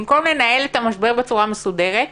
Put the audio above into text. במקום לנהל את המשבר בצורה מסודרת,